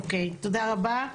אוקיי, תודה רבה.